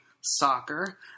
Soccer